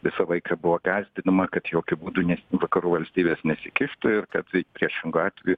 visą laiką buvo gąsdinama kad jokiu būdu vakarų valstybės nesikištų ir kad priešingu atveju